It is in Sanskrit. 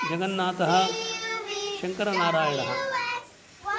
जगन्नातः शङ्करनारायणः